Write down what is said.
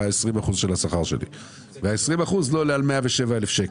20% של השכר שלי וה-20% לא עולה על 107,000 שקל.